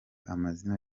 amazina